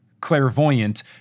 clairvoyant